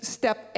step